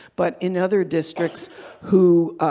but in other districts who.